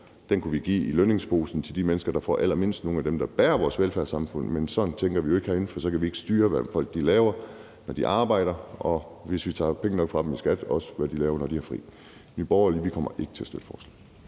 ikke får, og give i lønningsposen til de mennesker, der får allermindst – nogle af dem, der bærer vores velfærdssamfund. Men sådan tænker vi jo ikke herinde, for så kan vi ikke styre, hvad folk laver, når de arbejder, og hvis vi tager penge nok fra dem i skat, også hvad de laver, når de har fri. Nye Borgerlige kommer ikke til at støtte det forslag.